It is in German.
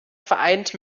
vereint